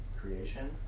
creation